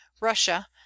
Russia